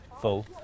Full